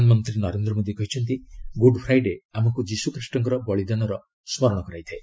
ପ୍ରଧାନମନ୍ତ୍ରୀ ନରେନ୍ଦ୍ର ମୋଦୀ କହିଛନ୍ତି Good Friday ଆମକୁ ଯୀଶୁଖ୍ରୀଷ୍ଟଙ୍କର ବଳିଦାନର ସ୍କରଣ କରାଇଥାଏ